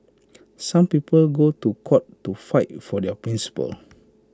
some people go to court to fight for their principles